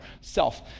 self